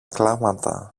κλάματα